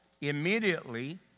immediately